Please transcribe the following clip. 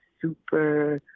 super